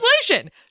translation